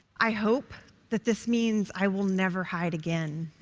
i hope that this means i will never hide again,